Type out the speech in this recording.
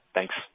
Thanks